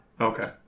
Okay